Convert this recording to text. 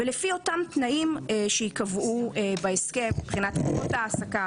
ולפי אותם תנאים שייקבעו בהסכם מבחינת תקופות העסקה,